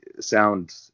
sound